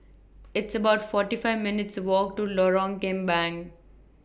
It's about forty five minutes' Walk to Lorong Kembang